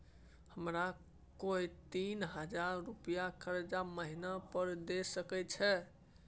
हमरा कोय तीन हजार रुपिया कर्जा महिना पर द सके छै?